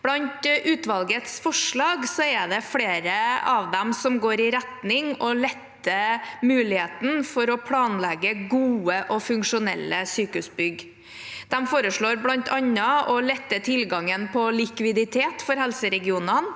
Blant utvalgets forslag er det flere som går i retning av å lette muligheten for å planlegge gode og funksjonelle sykehusbygg. De foreslår bl.a. å lette tilgangen på likviditet for helseregionene